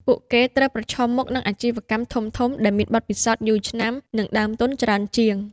ពួកគេត្រូវប្រឈមមុខនឹងអាជីវកម្មធំៗដែលមានបទពិសោធន៍យូរឆ្នាំ និងដើមទុនច្រើនជាង។